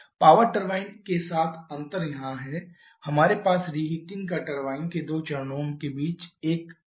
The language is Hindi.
पावर टरबाइन के साथ अंतर यहां है हमारे पास रीहीटिंग का टरबाइन के दो चरणों के बीच एक चरण है